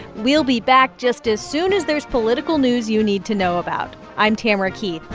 we'll be back just as soon as there's political news you need to know about. i'm tamara keith,